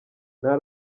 nta